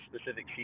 specific